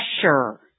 pressure